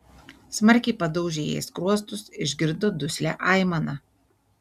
smarkiai padaužė jai skruostus išgirdo duslią aimaną